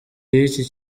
y’iki